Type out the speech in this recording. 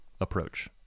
approach